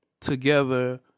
together